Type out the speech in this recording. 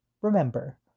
remember